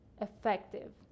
effective